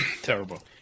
terrible